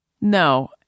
No